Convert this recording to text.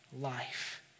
life